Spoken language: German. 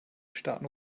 starten